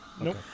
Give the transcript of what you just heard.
Nope